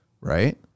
right